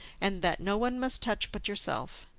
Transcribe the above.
and that no one must touch but yourself.